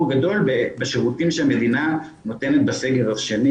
גדול בשירותים שהמדינה נותנת בסגר השני,